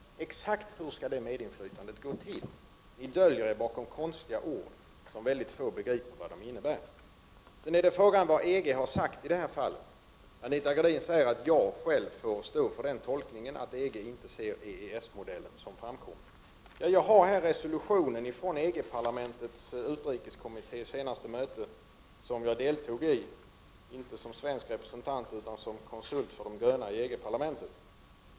Exakt hur skall det medinflytandet gå till? Ni döljer er bakom konstiga ord, som väldigt få begriper. Sedan är frågan vad EG har sagt i det här fallet. Anita Gradin säger att jag själv får stå för tolkningen att EG inte ser EES-modellen som framkomlig. Jag har här resolutionen från EG-parlamentets utrikeskommittés senaste möte, som jag deltog i — inte som svensk representant utan som konsult för de gröna i EG-parlamentet.